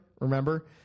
remember